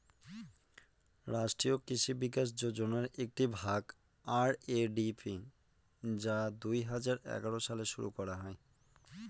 রাষ্ট্রীয় কৃষি বিকাশ যোজনার একটি ভাগ আর.এ.ডি.পি যা দুই হাজার এগারো সালে শুরু করা হয়